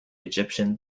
egyptian